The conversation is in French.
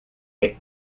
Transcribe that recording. est